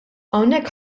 hawnhekk